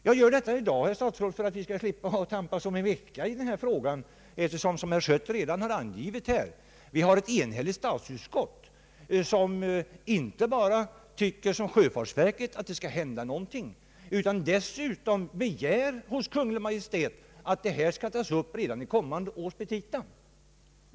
Jag vill ta upp detta i dag för att vi skall slippa tampas om denna fråga i nästa vecka. Som herr Schött redan nämnt har vi ett enhälligt statsutskott, som inte bara i likhet med sjöfartsverket anser att någonting bör hända utan också hos Kungl. Maj:t begär att detta anslagsäskande skall tas upp i kommande års petita.